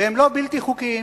והם לא בלתי חוקיים,